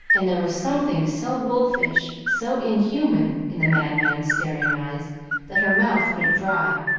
and there was something so wolfish, so inhuman, in the madman's staring eyes that her mouth went dry,